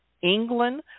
England